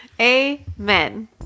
Amen